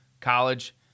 college